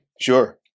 Sure